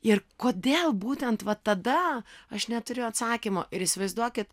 ir kodėl būtent va tada aš neturiu atsakymo ir įsivaizduokit